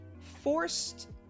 forced